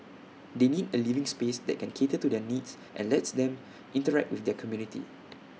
they need A living space that can cater to their needs and lets them interact with their community